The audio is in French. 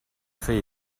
fait